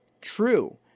true